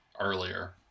earlier